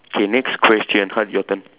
okay next question Hard your turn